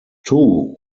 two